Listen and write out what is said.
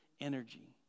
energy